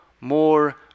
more